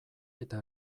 eta